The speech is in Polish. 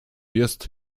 jest